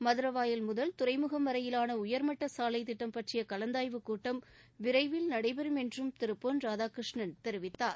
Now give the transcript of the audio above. மதுரவாயல் முதல் துறைமுகம் வரையிலான உயா்மட்ட சாலை திட்டம் பற்றிய கலந்தாய்வுக் கூட்டம் விரைவில் நடைபெறும் என்றும் திரு பொன் ராதாகிருஷ்ணன் தெரிவித்தார்